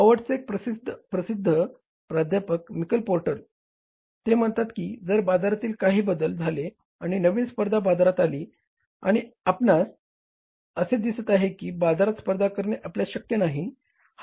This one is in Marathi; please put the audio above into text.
हॉवर्डचे एक प्रसिद्ध प्राध्यापक मिकल पोर्टर ते म्हणतात की जर बाजारातील काही बदल झाले आणि नवीन स्पर्धा बाजारात आली आणि आपणास असे दिसते आहे की बाजारात स्पर्धा करणे आपल्यास शक्य नाही